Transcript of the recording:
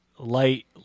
light